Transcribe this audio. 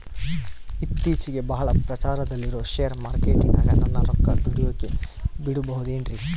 ಇತ್ತೇಚಿಗೆ ಬಹಳ ಪ್ರಚಾರದಲ್ಲಿರೋ ಶೇರ್ ಮಾರ್ಕೇಟಿನಾಗ ನನ್ನ ರೊಕ್ಕ ದುಡಿಯೋಕೆ ಬಿಡುಬಹುದೇನ್ರಿ?